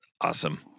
Awesome